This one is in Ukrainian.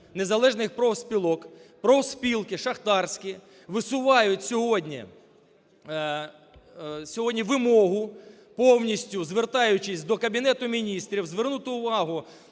незалежних профспілок. Профспілки шахтарські висувають сьогодні вимогу, повністю звертаючись до Кабінету Міністрів, звернути увагу